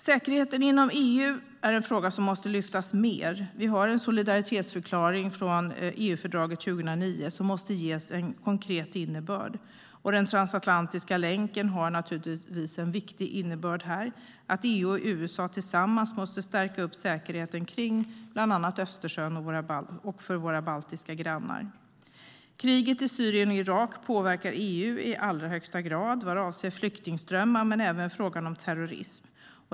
Säkerheten inom EU är en fråga som måste lyftas mer. Vi har en solidaritetsförklaring från EU-fördraget 2009 som måste ges en konkret innebörd. Den transatlantiska länken är naturligtvis viktig här. EU och USA måste tillsammans stärka säkerheten kring bland annat Östersjön och för våra baltiska grannar. Kriget i Syrien och Irak påverkar EU i allra högsta grad vad avser flyktingströmmar men även i fråga om terrorism.